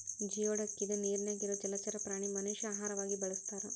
geoduck ಇದ ನೇರಿನ್ಯಾಗ ಇರು ಜಲಚರ ಪ್ರಾಣಿ ಮನಷ್ಯಾ ಆಹಾರವಾಗಿ ಬಳಸತಾರ